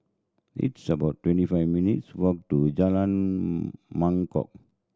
it's about twenty five minutes' walk to Jalan Mangkok